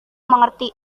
mengerti